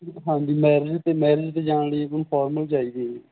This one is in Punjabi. ਹਾਂਜੀ ਮੈਰਿਜ 'ਤੇ ਮੈਰਜ 'ਤੇ ਜਾਣ ਲਈ ਆਪਾਂ ਨੂੰ ਫੋਰਮਲ ਚਾਹੀਦੇ ਜੀ